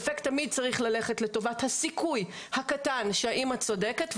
הוא תמיד צריך ללכת לטובת הסיכוי הקטן שהאם צודקת,